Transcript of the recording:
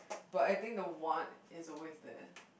but I think the want is always there